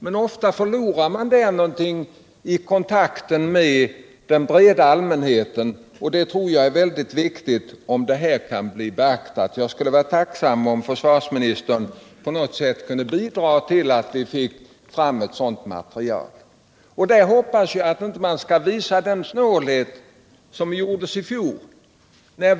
Men ofta förloras någonting där i kontakten med den breda allmänheten, och jag tror det är mycket viktigt att detta beaktas. Jag skulle vara tacksam om försvarsmin'stern på något sätt kunde bidra till att vi får fram ett sådant material, och där hoppas jag att inte samma snålhet som i fjol visas.